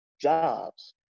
jobs